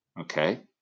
okay